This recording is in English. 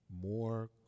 more